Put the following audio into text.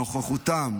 נוכחותם,